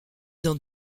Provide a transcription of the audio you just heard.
dans